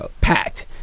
packed